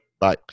Bye